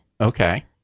Okay